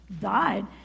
died